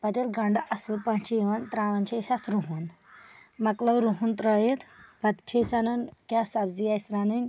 پتہٕ ییٚلہِ گنٛڈٕ اَصٕل پٲٹھۍ چُھ یِوان تراون چھِ أسۍ اَتھ رُہن مۄکلو رُہن ترٲیِتھ پَتہٕ چھِ أسۍ اَنان کیٚاہ سَبزی آسہِ رَنٕنۍ